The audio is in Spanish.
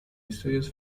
estudios